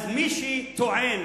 אז מי שטוען,